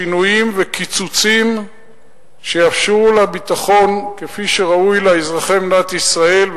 שינויים וקיצוצים שיאפשרו ביטחון כפי שראוי לאזרחי מדינת ישראל,